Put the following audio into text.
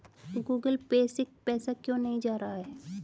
Google Pay से पैसा क्यों नहीं जा रहा है?